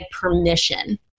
permission